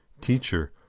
Teacher